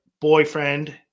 boyfriend